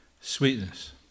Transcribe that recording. Sweetness